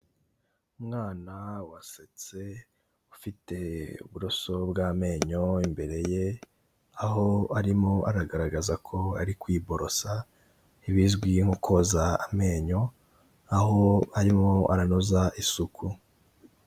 Umwana wasetse, ufite uburoso bw'amenyo imbere ye, aho arimo aragaragaza ko ari kwiborosa, ibizwi nko koza amenyo, aho arimo aranoza isuku.